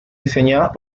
diseñadas